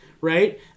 right